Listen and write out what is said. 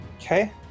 Okay